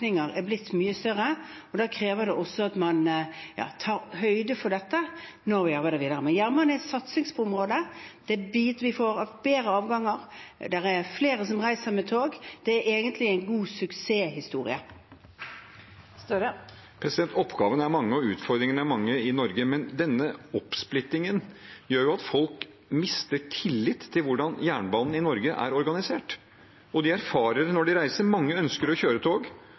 er blitt mye større. Da krever det at man tar høyde for dette i arbeidet videre. Jernbanen er et satsingsområde, vi får flere avganger, det er flere som reiser med tog – det er egentlig en god suksesshistorie. Oppgavene er mange og utfordringene er mange i Norge, men denne oppsplittingen gjør jo at folk mister tillit til hvordan jernbanen i Norge er organisert. De erfarer det når de reiser. Mange ønsker å kjøre tog,